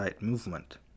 movement